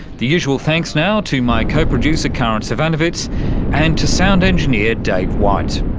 the usual thanks now to my co-producer karin zsivanovits and to sound engineer dave white.